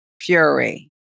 Fury